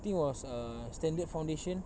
I think was err standard foundation